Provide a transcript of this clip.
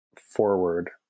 forward